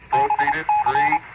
i